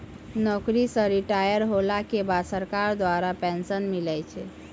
नौकरी से रिटायर होला के बाद सरकार द्वारा पेंशन मिलै छै